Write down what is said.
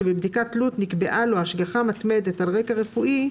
שבבדיקת תלות נקבעה לו השגחה מתמדת על רקע רפואי,